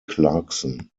clarkson